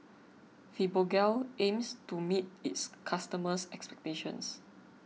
Fibogel aims to meet its customers' expectations